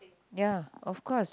ya of course